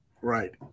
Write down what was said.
Right